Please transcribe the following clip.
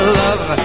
love